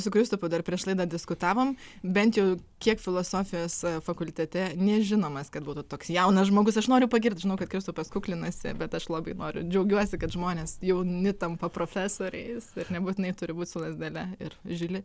su kristupu dar prieš laidą diskutavom bent jau kiek filosofijos fakultete nežinomas kad būtų toks jaunas žmogus aš noriu pagirt žinau kad kristupas kuklinasi bet aš labai noriu džiaugiuosi kad žmonės jauni tampa profesoriais ir nebūtinai turi būt su lazdele ir žili